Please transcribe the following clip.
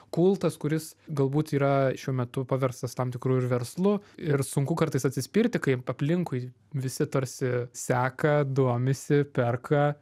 kultas kuris galbūt yra šiuo metu paverstas tam tikru ir verslu ir sunku kartais atsispirti kai aplinkui visi tarsi seka domisi perka